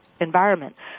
environment